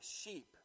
sheep